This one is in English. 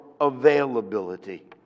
availability